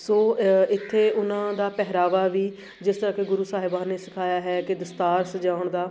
ਸੋ ਇੱਥੇ ਉਹਨਾਂ ਦਾ ਪਹਿਰਾਵਾ ਵੀ ਜਿਸ ਤਰਾਂ ਕਿ ਗੁਰੂ ਸਾਹਿਬਾਨ ਨੇ ਸਿਖਾਇਆ ਹੈ ਕਿ ਦਸਤਾਰ ਸਜਾਉਣ ਦਾ